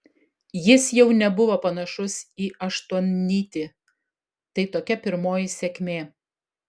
jis jau nebuvo panašus į aštuonnytį tai tokia pirmoji sėkmė